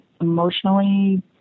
emotionally